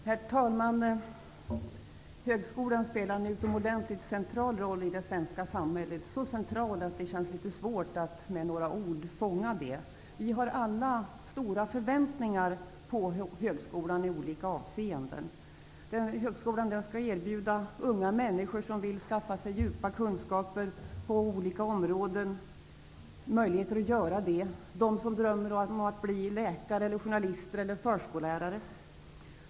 Herr talman! Högskolan spelar en utomordentligt central roll i det svenska samhället -- så central att det känns litet svårt att med några få ord fånga den. Vi har alla stora förväntningar på högskolan i olika avseenden. Högskolan skall erbjuda möjligheter för unga människor som vill skaffa sig djupa kunskaper på olika områden, som drömmer om att bli läkare, journalist eller förskollärare.